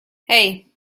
hey